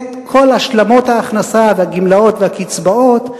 כל השלמות ההכנסה והגמלאות והקצבאות,